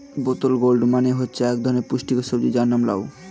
বোতল গোর্ড মানে হচ্ছে এক ধরনের পুষ্টিকর সবজি যার নাম লাউ